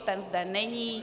Ten zde není.